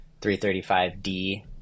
335D